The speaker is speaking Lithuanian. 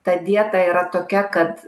ta dieta yra tokia kad